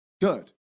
Good